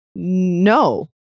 No